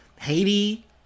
Haiti